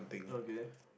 okay